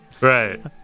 Right